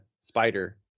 spider